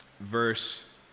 verse